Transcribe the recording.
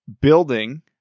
building